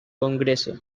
congreso